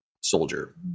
soldier